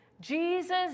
Jesus